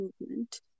movement